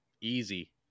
easy